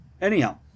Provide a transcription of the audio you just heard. Anyhow